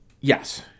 Yes